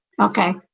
Okay